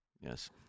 Yes